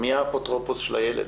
מי האפוטרופוס של הילד?